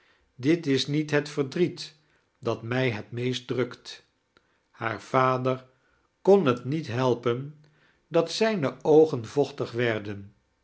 dii is niet het verdriet dat mij het meest drukt haar vader kon het niet helpen dat zijne oogen vochtig werden